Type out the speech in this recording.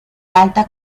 alta